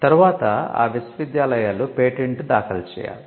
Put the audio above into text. తర్వాత ఆ విశ్వవిద్యాలయాలు పేటెంట్ దాఖలు చేయాలి